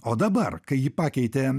o dabar kai jį pakeitė